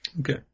Okay